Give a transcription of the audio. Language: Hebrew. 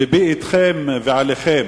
לבי אתכם ועליכם.